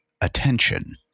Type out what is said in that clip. attention